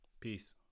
Peace